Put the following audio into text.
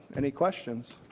any questions?